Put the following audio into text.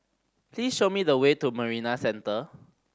please show me the way to Marina Centre